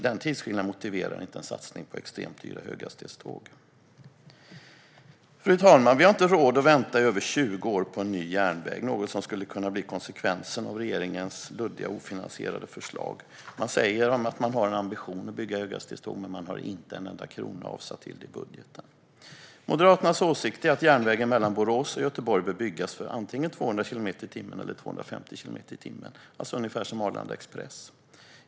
Den tidsskillnaden motiverar inte en satsning på extremt dyra höghastighetståg. Fru talman! Vi har inte råd att vänta i över 20 år på en ny järnväg, något som skulle kunna bli konsekvensen av regeringens luddiga, ofinansierade förslag. Man säger att man har en ambition att bygga höghastighetståg, men man har inte en enda krona avsatt till det i budgeten. Moderaternas åsikt är att järnvägen mellan Borås och Göteborg bör byggas för antingen 200 kilometer i timmen eller 250 kilometer i timmen, alltså ungefär som Arlanda Express.